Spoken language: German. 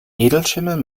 edelschimmel